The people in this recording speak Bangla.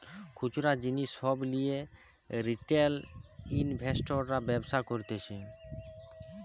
খুচরা জিনিস সব লিয়ে রিটেল ইনভেস্টর্সরা ব্যবসা করতিছে